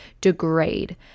degrade